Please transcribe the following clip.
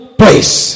place